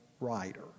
writer